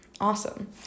awesome